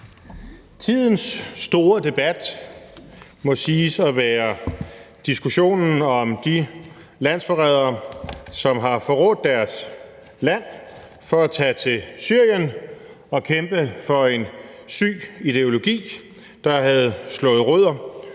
Tidens store debat må siges at være diskussionen om de landsforrædere, som har forrådt deres land for at tage til Syrien og kæmpe for en syg ideologi, der havde slået rødder,